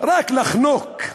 רק לחנוק,